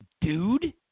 dude